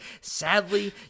Sadly